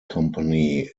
company